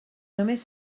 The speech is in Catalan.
només